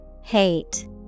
Hate